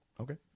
Okay